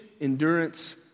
endurance